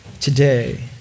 today